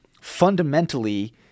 fundamentally